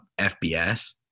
FBS